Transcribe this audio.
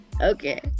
Okay